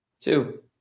Two